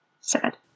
Sad